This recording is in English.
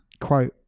quote